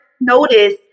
notice